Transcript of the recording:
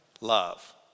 Love